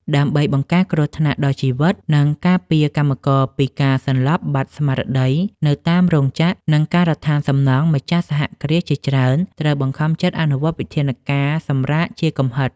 ដើម្បីបង្ការគ្រោះថ្នាក់ដល់ជីវិត និងការពារកម្មករពីការសន្លប់បាត់ស្មារតីនៅតាមរោងចក្រ និងការដ្ឋានសំណង់ ម្ចាស់សហគ្រាសជាច្រើនត្រូវបានបង្ខំចិត្តអនុវត្តវិធានការសម្រាកជាកំហិត។